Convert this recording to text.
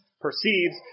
perceives